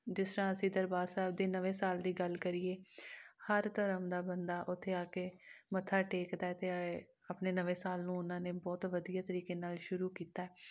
ਜਿਸ ਤਰ੍ਹਾਂ ਅਸੀਂ ਦਰਬਾਰ ਸਾਹਿਬ ਦੇ ਨਵੇਂ ਸਾਲ ਦੀ ਗੱਲ ਕਰੀਏ ਹਰ ਧਰਮ ਦਾ ਬੰਦਾ ਉੱਥੇ ਆ ਕੇ ਮੱਥਾ ਟੇਕਦਾ ਹੈ ਅਤੇ ਆਏ ਆਪਣੇ ਨਵੇਂ ਸਾਲ ਨੂੰ ਉਨ੍ਹਾਂ ਨੇ ਬਹੁਤ ਵਧੀਆ ਤਰੀਕੇ ਨਾਲ ਸ਼ੁਰੂ ਕੀਤਾ